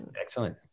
Excellent